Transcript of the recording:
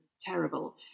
terrible